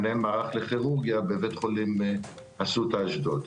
מנהל מערך לכירורגיה בבית חולים אסותא אשדוד.